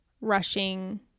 rushing